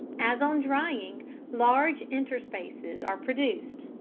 as on drying large interspaces are produced,